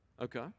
Okay